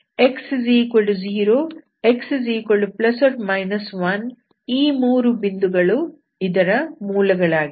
x0x±1 ಈ ಮೂರು ಬಿಂದುಗಳು ಇದರ ಮೂಲಗಳಾಗಿವೆ